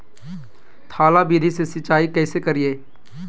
थाला विधि से सिंचाई कैसे करीये?